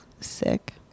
sick